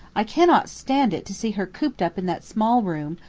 i cannot stand it to see her cooped up in that small room,